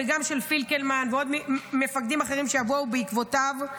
גם של פינקלמן ועוד מפקדים אחרים שיבואו בעקבותיו,